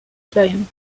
client